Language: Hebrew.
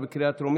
(ריבית פיגורים בשל אי-תשלום קנס על עבירת חניה),